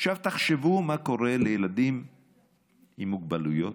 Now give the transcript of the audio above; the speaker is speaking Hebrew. תחשבו מה קורה לילדים עם מוגבלויות,